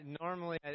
normally